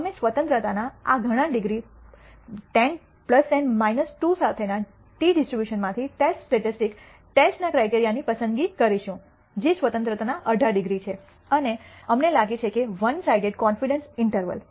અમે સ્વતંત્રતાના આ ઘણા ડિગ્રી 10 10 2 સાથેના ટી ડિસ્ટ્રીબ્યુશનમાંથી ટેસ્ટ સ્ટેટિસ્ટિક્સ ટેસ્ટ ના ક્રાઇટિરીઅનની પસંદગી કરીશું જે સ્વતંત્રતાના 18 ડિગ્રી છે અને અમને લાગે છે કે વન સાઇડેડ કોન્ફિડેન્સ ઈન્ટરવલ